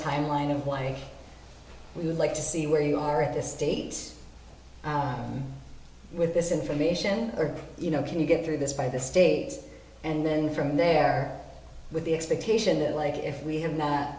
timeline of why we would like to see where you are at this date with this information or you know can you get through this by the states and then from there with the expectation that like if we have